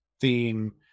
theme